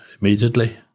immediately